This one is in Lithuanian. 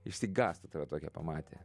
išsigąstų tave tokią pamatę